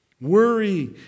Worry